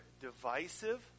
divisive